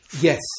Yes